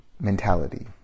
mentality